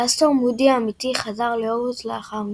אלאסטור מודי האמיתי חזר להוגוורטס לאחר מכן.